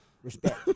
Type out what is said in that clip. Respect